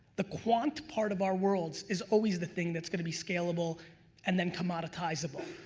the quant part of our worlds is always the thing that's gonna be scalable and then commoditizable.